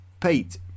Pete